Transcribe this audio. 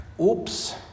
oops